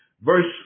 verse